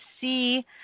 see